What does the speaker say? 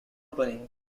company